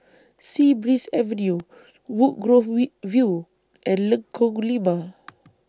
Sea Breeze Avenue Woodgrove View and Lengkong Lima